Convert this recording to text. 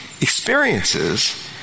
experiences